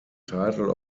title